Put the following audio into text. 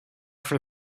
for